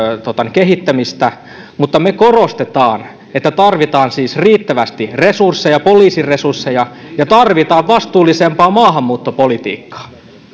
kehittämistä mutta me korostamme että tarvitaan siis riittävästi resursseja poliisin resursseja ja tarvitaan vastuullisempaa maahanmuuttopolitiikkaa